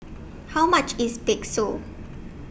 How much IS Bakso